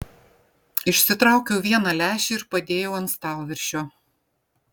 išsitraukiau vieną lęšį ir padėjau ant stalviršio